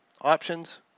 options